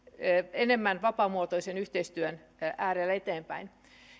enemmän vapaamuotoisen yhteistyön äärellä eteenpäin